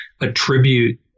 attribute